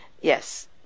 Yes